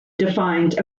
defined